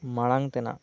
ᱢᱟᱲᱟᱝ ᱛᱮᱱᱟᱜ